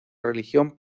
religión